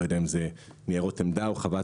אני לא יודע אם אלה ניירות עמדה או חוות